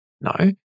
no